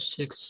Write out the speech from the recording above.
Six